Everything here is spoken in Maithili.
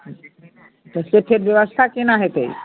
तऽ सोखे ब्यवस्था केना होयतै